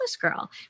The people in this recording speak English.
girl